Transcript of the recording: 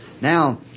Now